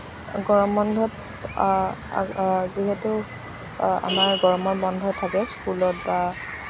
গৰম বন্ধত আগ যিহেতু আমাৰ গৰমৰ বন্ধ থাকে স্কুলত বা